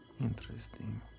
Interesting